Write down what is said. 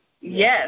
Yes